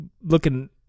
looking